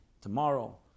tomorrow